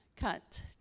cut